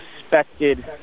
suspected